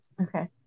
Okay